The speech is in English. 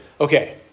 Okay